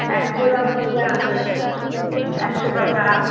এক জোড়া মোজা একশো টাকা